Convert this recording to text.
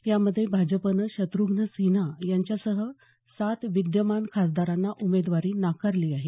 यामध्ये भाजपनं शत्रघ्न सिन्हा यांच्यासह सात विद्यमान खासदारांना उमेदवारी नाकारली आहे